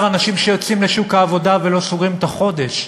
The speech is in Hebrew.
אנשים שיוצאים לשוק העבודה ולא סוגרים את החודש?